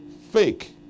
Fake